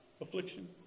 affliction